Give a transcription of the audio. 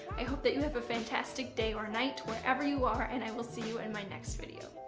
i hope that you have a fantastic day or night, wherever you are, and i will see you in my next video.